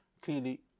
Clearly